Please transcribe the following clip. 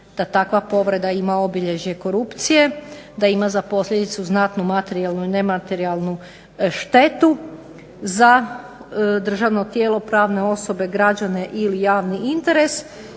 da takva povreda ima obilježje korupcije, da ima za posljedicu znatnu materijalnu i nematerijalnu štetu za državno tijelo, pravne osobe, građane ili javni interes,